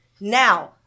Now